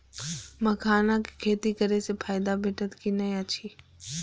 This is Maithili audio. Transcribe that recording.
मखानक खेती करे स फायदा भेटत की नै अछि?